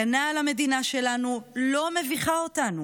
הגנה על המדינה שלנו לא מביכה אותנו,